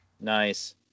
Nice